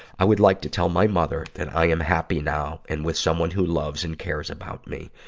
i would like to tell my mother that i am happy now and with someone who loved and cares about me.